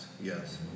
Yes